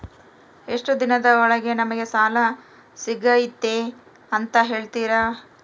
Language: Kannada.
ಎಷ್ಟು ದಿನದ ಒಳಗೆ ನಮಗೆ ಸಾಲ ಸಿಗ್ತೈತೆ ಅಂತ ಹೇಳ್ತೇರಾ?